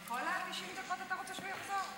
את כל 90 הדקות אתה רוצה שהוא יחזור?